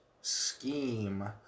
scheme